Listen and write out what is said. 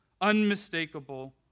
unmistakable